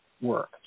work